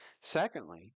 Secondly